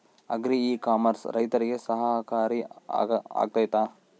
Agri e commerce ರೈತರಿಗೆ ಸಹಕಾರಿ ಆಗ್ತೈತಾ?